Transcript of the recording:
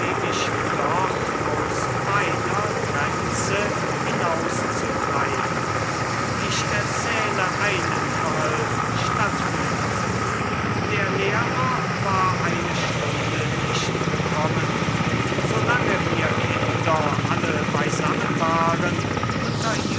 mich doch aus meiner grenze hinauszutreiben ich erzähle einen fall statt vieler der lehrer war eine stunde nicht gekommen solange wir kinder alle beisammen waren